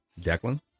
Declan